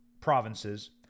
provinces